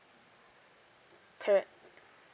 correct